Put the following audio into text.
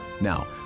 Now